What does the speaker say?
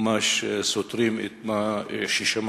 ממש סותרים את מה ששמענו.